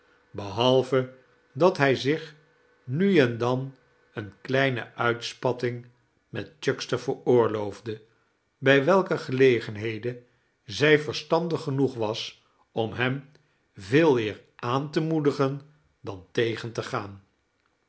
behalve dat hij zich nu en dan eene kleine uitspatting met chuckster veroorloofde bij welke gelegenheden zij verstandig genoeg was om hem veeleer aan te moedigen dan tegen te gaan